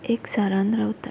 एकचारान रावतात